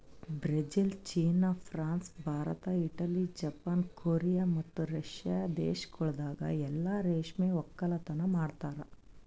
Brazil, ಚೀನಾ, France, Bharat, Italy, Japan, Korea ಮತ್ತ Russia ದೇಶಗೊಳ್ದಾಗ್ ಎಲ್ಲಾ ರೇಷ್ಮೆ ಒಕ್ಕಲತನ ಮಾಡ್ತಾರ